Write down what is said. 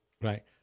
Right